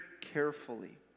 carefully